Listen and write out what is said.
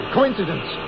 Coincidence